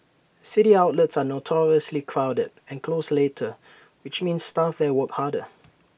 city outlets are notoriously crowded and close later which means staff there work harder